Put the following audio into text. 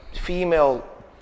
female